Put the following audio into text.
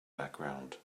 background